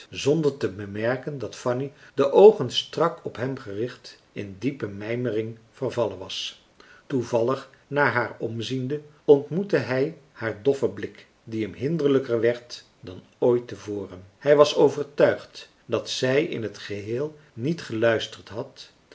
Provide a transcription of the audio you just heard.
zonder te bemerken dat fanny de oogen strak op hem gericht in diepe mijmering vervallen was toevallig naar haar omziende ontmoette hij haar doffen blik die hem hinderlijker werd dan ooit te voren hij was overtuigd dat zij in het geheel niet geluisterd had